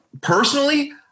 Personally